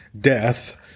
death